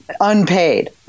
unpaid